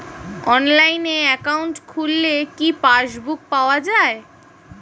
অনলাইনে একাউন্ট খুললে কি পাসবুক পাওয়া যায়?